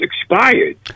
expired